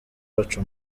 wacu